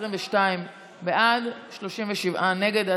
22 בעד, 37 נגד.